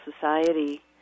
society